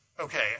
Okay